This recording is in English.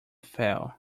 fail